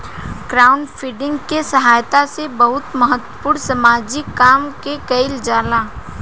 crowdfunding के सहायता से बहुत महत्वपूर्ण सामाजिक काम के कईल जाला